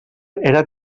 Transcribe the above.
era